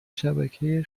شبکه